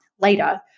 later